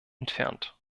entfernt